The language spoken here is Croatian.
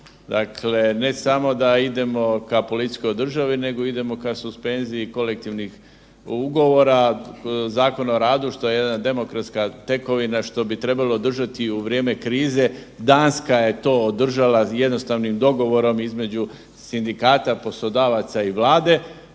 Dakle, ne samo da idemo ka policijskoj državi, nego idemo ka suspenziji kolektivnih ugovora, Zakona o radu, što je jedna demokratska tekovina što bi trebalo održati u vrijeme krize, Danska je to održala jednostavnim dogovorom između sindikata, poslodavaca i vlade.